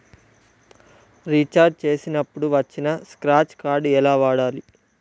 Recharge చేసినప్పుడు వచ్చిన scratch card ఎలా వాడాలి?